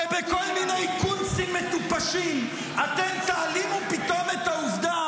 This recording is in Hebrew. שבכל מיני קונצים מטופשים אתם תעלימו פתאום את העובדה